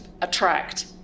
attract